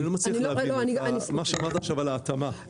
אני לא מצליח להבין מה שאמרת עכשיו על ההתאמה.